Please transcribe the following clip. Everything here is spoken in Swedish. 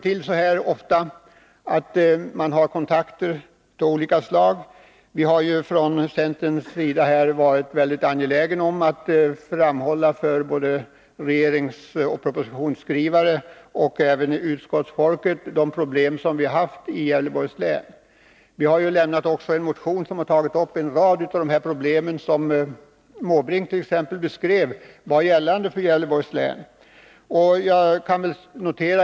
Vi har från centerns sida varit angelägna om att framhålla för både propositionsskrivarna och för utskottsfolket vilka problem vi hade i Gävleborgs län. Vi har också väckt en motion som tagit upp en rad av de problem som Bertil Måbrink beskrev som aktuella för Gävleborgs län.